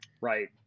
Right